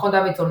מכון דוידסון,